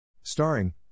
Starring